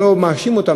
אני לא מאשים אותה.